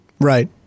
Right